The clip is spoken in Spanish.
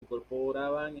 incorporaban